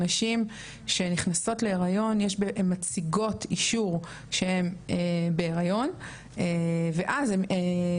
נשים שנכנסות להיריון הן מציגות אישור שהן בהיריון ואז הן